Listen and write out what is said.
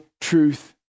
truth